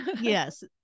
yes